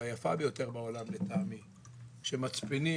לטעמי; כשמצפינים,